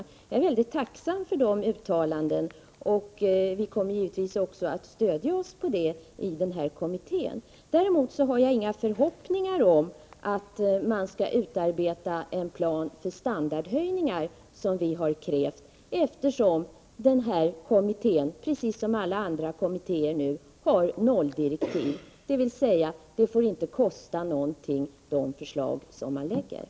Jag är väldigt tacksam för de uttalandena, och vi kommer givetvis också att stödja oss på detta i kommittén. Däremot har jag inga förhoppningar om att man skall utarbeta en plan för standardhöjningar, som vi har krävt, eftersom den här kommittén — precis som alla kommittéer nu — har nolldirektiv, dvs. de förslag som man lägger fram får inte kosta någonting.